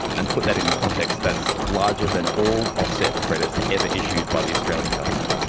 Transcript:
and to put that in context, that's larger than all offset credits ever issued by the australian government.